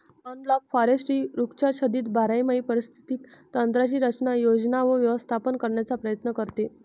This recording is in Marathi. ॲनालॉग फॉरेस्ट्री वृक्षाच्छादित बारमाही पारिस्थितिक तंत्रांची रचना, योजना व व्यवस्थापन करण्याचा प्रयत्न करते